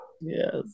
yes